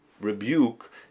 rebuke